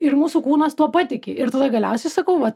ir mūsų kūnas tuo patiki ir tada galiausiai sakau vat